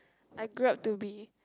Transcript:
I grew up to be